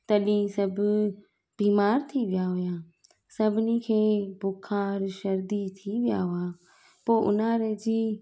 तॾहिं सभु बीमारु थी विया हुया सभिनी खे बुख़ार सर्दी थी विया हुआ पोइ उन्हारे जी